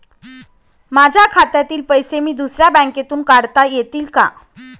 माझ्या खात्यातील पैसे मी दुसऱ्या बँकेतून काढता येतील का?